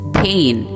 pain